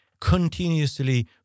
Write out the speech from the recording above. continuously